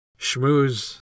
schmooze